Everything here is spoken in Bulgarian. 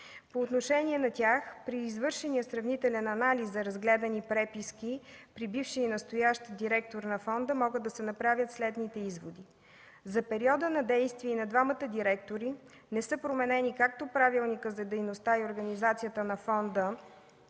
по отношение на тях при извършения сравнителен анализ са разгледани преписки при бившия и настоящ директор на фонда и могат да се направят следните изводи. За периода на действие на двамата директори не са променени както Правилникът за дейността и организацията на